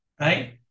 right